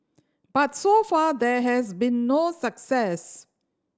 but so far there has been no success